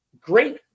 great